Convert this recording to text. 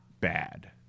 bad